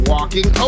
Walking